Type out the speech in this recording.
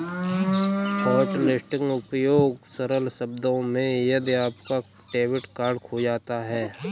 hotlisting उपयोग सरल शब्दों में यदि आपका डेबिट कार्ड खो जाता है